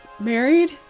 married